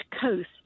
coast